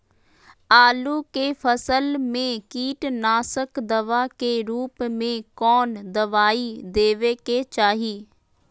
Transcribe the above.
आलू के फसल में कीटनाशक दवा के रूप में कौन दवाई देवे के चाहि?